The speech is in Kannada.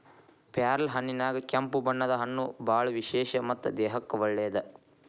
ಪ್ಯಾರ್ಲಹಣ್ಣಿನ್ಯಾಗ ಕೆಂಪು ಬಣ್ಣದ ಹಣ್ಣು ಬಾಳ ವಿಶೇಷ ಮತ್ತ ದೇಹಕ್ಕೆ ಒಳ್ಳೇದ